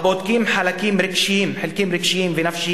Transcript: הבודקים חלקים רגשיים ונפשיים,